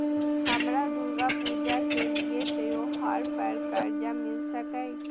हमरा दुर्गा पूजा के लिए त्योहार पर कर्जा मिल सकय?